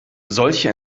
solche